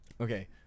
Okay